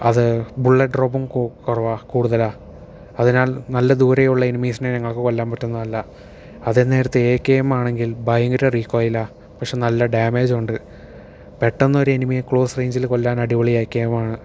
അത് ബുള്ളറ്റ് ട്രൂപ്പും കുറവാണ് കൂടുതലാണ് അതിനാൽ നല്ല ദൂരെ ഉള്ള എനിമീസിനെ ഞങ്ങൾക്ക് കൊല്ലാൻ പറ്റുന്നതല്ല അതേ നേരത്ത് എ കെ എം ആണെങ്കിൽ ഭയങ്കര റീക്കോയിലാണ് പക്ഷേ നല്ല ഡാമേജ് ഉണ്ട് പെട്ടെന്നൊരെനിമിയെ ക്ലോസ് റേയ്ഞ്ചിൽ കൊല്ലാൻ അടിപൊളി എ കെ എമ്മാണ്